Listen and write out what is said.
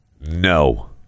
No